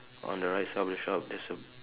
on the right side of the shop there's a